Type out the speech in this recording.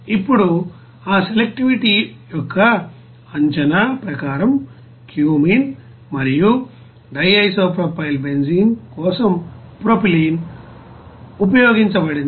ఇప్పుడు ఆ సెలెక్టివిటీ యొక్క అంచనా ప్రకారం క్యూమెన్ మరియు DIPB కోసం ప్రొపైలిన్ ఉపయోగించబడింది